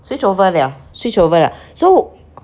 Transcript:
switch over liao switch over liao so